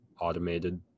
automated